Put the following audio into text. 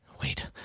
wait